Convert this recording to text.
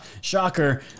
shocker